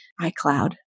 iCloud